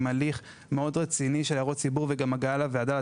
עם הליך מאוד רציני של הערות ציבור והגעה לוועדה,